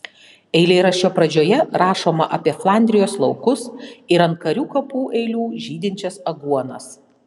eilėraščio pradžioje rašoma apie flandrijos laukus ir ant karių kapų eilių žydinčias aguonas